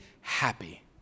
happy